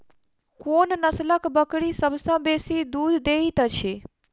कोन नसलक बकरी सबसँ बेसी दूध देइत अछि?